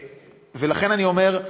ולכן אני אומר,